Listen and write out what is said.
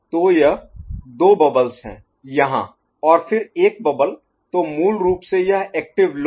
तो यह 2 बबल्स है यहां और फिर एक बबल तो मूल रूप से यह एक्टिव लो है